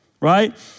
Right